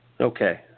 Okay